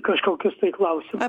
kažkokius tai klausimus